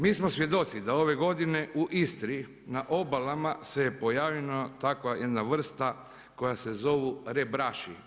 Mi smo svjedoci da ove godine u Istri na obalama se pojavila takva jedna vrsta koja se zovu rebraši.